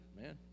man